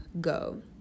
go